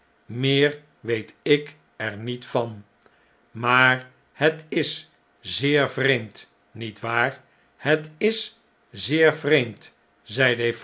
meer weet ik er niet van maar het is zeer vreemd niet waar het is zeer vreemd